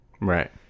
Right